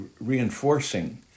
reinforcing